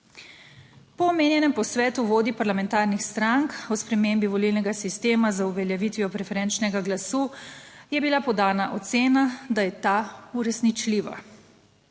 Po omenjenem posvetu vodij parlamentarnih strank o spremembi volilnega sistema z uveljavitvijo preferenčnega glasu je bila podana ocena, da je ta uresničljiva.